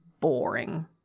boring